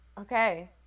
Okay